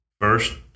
first